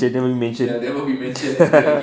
shall never mention